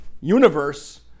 universe